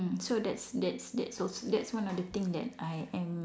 so that's that's that's one of the thing that I'm